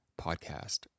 podcast